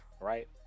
right